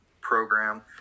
program